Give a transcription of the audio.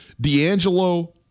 D'Angelo